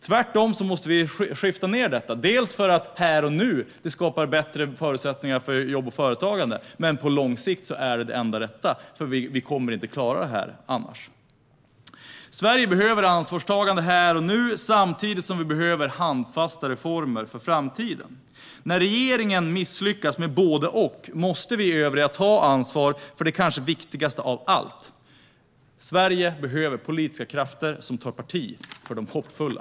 Tvärtom måste vi skifta ned detta, inte bara för att det skapar bättre förutsättningar för jobb och företagande här och nu utan även för att det på lång sikt är det enda rätta. Vi kommer nämligen inte att klara detta annars. Sverige behöver ansvarstagande här och nu samtidigt som vi behöver handfasta reformer för framtiden. När regeringen misslyckas med både och måste vi övriga ta ansvar för det kanske viktigaste av allt. Sverige behöver politiska krafter som tar parti för de hoppfulla.